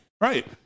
Right